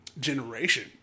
generation